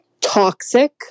toxic